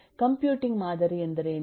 computing ಮಾದರಿ ಎಂದರೇನು